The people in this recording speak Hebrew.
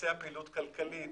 לבצע פעילות כלכלית